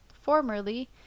Formerly